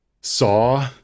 saw